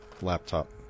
laptop